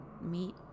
meet